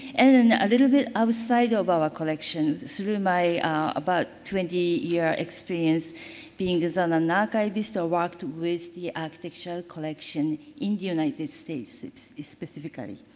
and then a little bit outside of our collection through my about twenty year experience being as an and archivist, i walked with the architectural collection in the united states specifically.